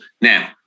Now